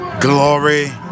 glory